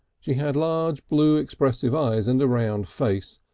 she had large blue expressive eyes and a round face,